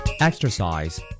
Exercise